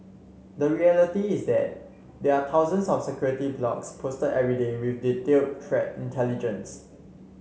the reality is that there are thousands of security blogs posted every day with detailed threat intelligence